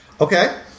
Okay